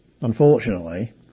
unfortunately